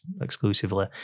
exclusively